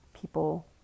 People